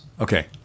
Okay